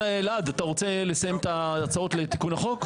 הרי אלעד אתה רוצה לסיים את ההצעות לתיקון החוק?